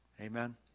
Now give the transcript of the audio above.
Amen